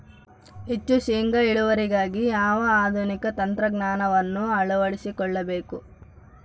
ಹೆಚ್ಚು ಶೇಂಗಾ ಇಳುವರಿಗಾಗಿ ಯಾವ ಆಧುನಿಕ ತಂತ್ರಜ್ಞಾನವನ್ನು ಅಳವಡಿಸಿಕೊಳ್ಳಬೇಕು?